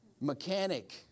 mechanic